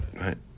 Right